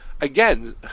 again